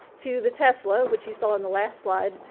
to the tesla, which you saw in the last slide,